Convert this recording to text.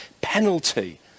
penalty